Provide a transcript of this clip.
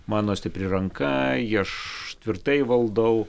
mano stipri ranka ji aš tvirtai valdau